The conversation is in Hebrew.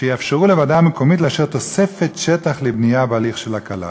שיאפשרו לוועדה המקומית לאשר תוספת שטח לבנייה בהליך של הקלה.